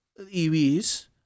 EVs